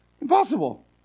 Impossible